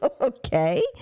Okay